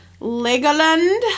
Legoland